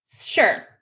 Sure